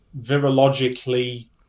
virologically